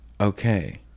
Okay